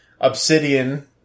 Obsidian